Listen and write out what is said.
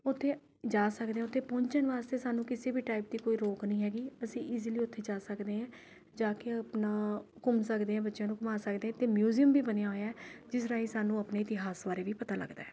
ਉੱਥੇ ਜਾ ਸਕਦੇ ਆ ਉੱਥੇ ਪਹੁੰਚਣ ਵਾਸਤੇ ਸਾਨੂੰ ਕਿਸੀ ਵੀ ਟਾਇਪ ਦੀ ਕੋਈ ਰੋਕ ਨਹੀਂ ਹੈਗੀ ਅਸੀਂ ਇਜ਼ੀਲੀ ਉੱਥੇ ਜਾ ਸਕਦੇ ਹਾਂ ਜਾ ਕੇ ਆਪਣਾ ਘੁੰਮ ਸਕਦੇ ਹਾਂ ਅਤੇ ਬੱਚਿਆ ਨੂੰ ਘੁੰਮਾ ਸਕਦੇ ਹਾਂ ਅਤੇ ਮਿਉਂਜੀਅਮ ਵੀ ਬਣਿਆ ਹੋਇਆ ਜਿਸ ਰਾਹੀਂ ਸਾਨੂੰ ਆਪਣੇ ਇਤਿਹਾਸ ਬਾਰੇ ਵੀ ਪਤਾ ਲੱਗਦਾ ਹੈ